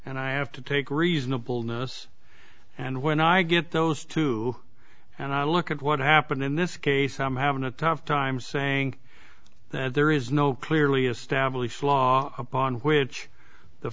and i have to take reasonable notice and when i get those two and i look at what happened in this case i'm having a tough time saying that there is no clearly established law upon which the